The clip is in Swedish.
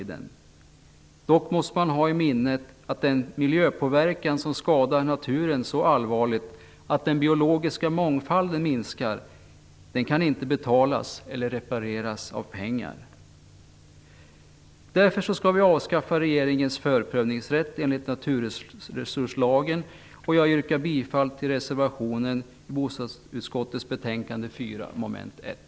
Dock måste man ha i minnet att den miljöpåverkan som skadar naturen så allvarligt att den biologiska mångfalden minskar inte kan betalas eller repareras med pengar. Därför skall vi avskaffa regeringens förprövningsrätt enligt naturresurslagen. Jag yrkar bifall till reservationen i bostadsutskottets betänkande nr 4, mom. 1.